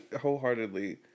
wholeheartedly